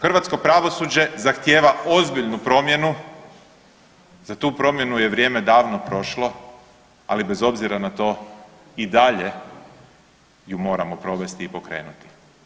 Hrvatsko pravosuđe zahtjeva ozbiljnu promjenu, za tu promjenu je vrijeme davno prošlo, ali bez obzira na to i dalje ju moramo provesti i pokrenuti.